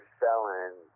selling